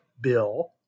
bill